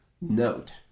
note